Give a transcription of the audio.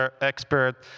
expert